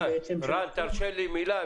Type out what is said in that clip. תרשה לי מילה.